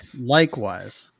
Likewise